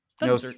No